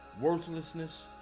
worthlessness